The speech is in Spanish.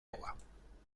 agua